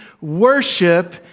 Worship